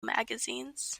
magazines